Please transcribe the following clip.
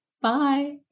Bye